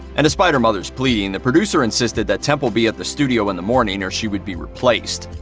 and despite her mother's pleading, the producer insisted that temple be at the studio in the morning or she would be replaced.